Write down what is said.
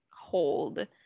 hold